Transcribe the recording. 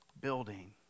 building